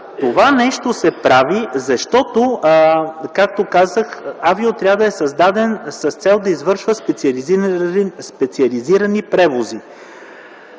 Това нещо се прави, защото, както казах, авиоотрядът е създаден с цел да извършва специализирани превози.